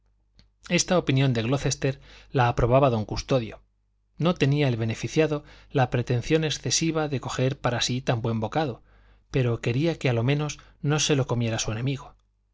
esta opinión de glocester la aprobaba don custodio no tenía el beneficiado la pretensión excesiva de coger para sí tan buen bocado pero quería que a lo menos no se lo comiera su enemigo